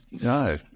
no